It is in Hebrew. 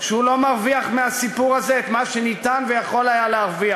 שהוא לא מרוויח מהסיפור הזה את מה שניתן ויכול היה להרוויח.